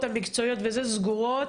מפנים קרקע ויכולים למכור אותה.